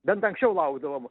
bent anksčiau laukdavom